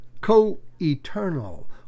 co-eternal